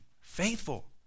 faithful